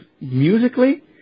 musically